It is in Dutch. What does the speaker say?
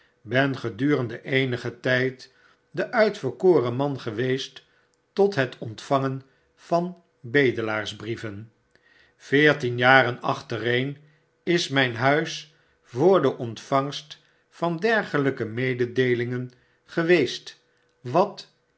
ben gedurende eenigen tyd de uitverkoren man geweest tot het ontvangen van bedelaarsbrieven veertien jaren achtereen is myn huis voor de ontvangst van dergehjke mededeelingen geweest wat